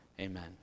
Amen